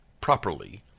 properly